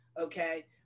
okay